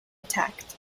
attacked